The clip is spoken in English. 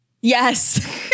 Yes